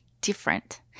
different